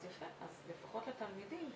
אז לפחות לתלמידים.